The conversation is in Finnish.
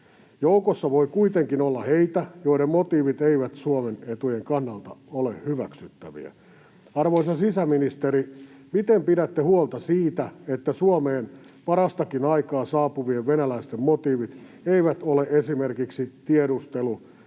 Joukossa voi kuitenkin olla heitä, joiden motiivit eivät Suomen etujen kannalta ole hyväksyttäviä. Arvoisa sisäministeri, miten pidätte huolta siitä, että Suomeen parasta aikaakin saapuvien venäläisten motiivit eivät ole esimerkiksi tiedustelu